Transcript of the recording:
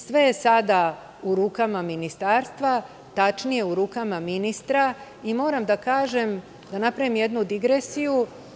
Sve je sada u rukama ministarstva, tačnije u rukama ministra i moram da napravim jednu digresiju.